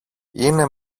είναι